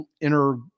inner